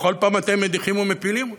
ובכל פעם אתם מדיחים ומפילים אותו.